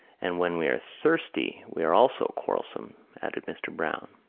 and when we are thirsty we are also quarrelsome, added mr. browne.